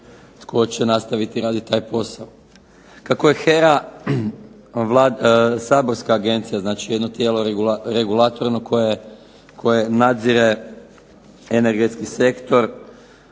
Kako je HERA saborska agencija, znači jedno tijelo regulatorno koje nadzire energetski sektor,